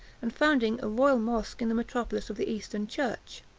and founding a royal mosque in the metropolis of the eastern church.